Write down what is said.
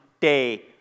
day